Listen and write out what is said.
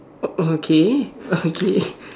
o~ okay okay